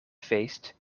feest